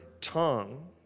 tongue